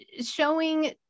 showing